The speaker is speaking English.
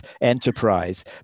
enterprise